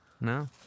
No